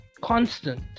Constant